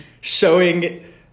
showing